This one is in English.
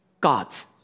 God's